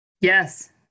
Yes